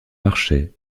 marchait